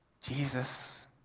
Jesus